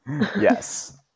yes